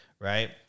right